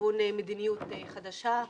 לכיוון מדיניות חדשה.